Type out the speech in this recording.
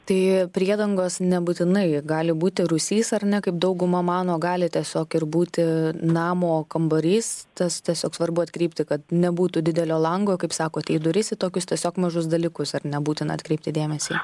tai priedangos nebūtinai gali būti rūsys ar ne kaip dauguma mano gali tiesiog ir būti namo kambarys tas tiesiog svarbu atkreipti kad nebūtų didelio lango kaip sakot į duris į tokius tiesiog mažus dalykus ar ne būtina atkreipti dėmesį